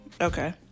okay